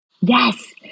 Yes